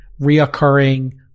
reoccurring